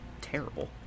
terrible